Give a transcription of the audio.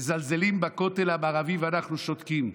מזלזלים בכותל המערבי ואנחנו שותקים.